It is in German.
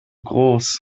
groß